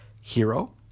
hero